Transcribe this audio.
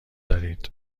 دارید